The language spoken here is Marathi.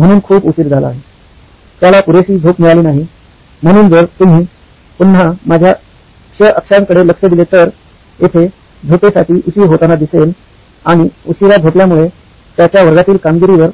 म्हणून खूप उशीर झाला आहे त्याला पुरेशी झोप मिळाली नाही म्हणून जर तुम्ही पुन्हा माझ्या क्ष अक्षांकडे लक्ष दिले तर येथे झोपेसाठी उशीर होताना दिसेल आणि उशीरा झोपल्यामुळे त्याच्या वर्गातील कामगिरीवर